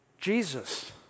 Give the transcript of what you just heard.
Jesus